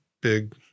big